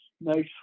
nice